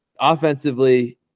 offensively